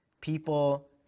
People